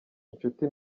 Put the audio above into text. inshuti